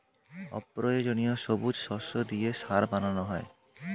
অপ্রয়োজনীয় সবুজ শস্য দিয়ে সার বানানো হয়